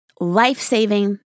life-saving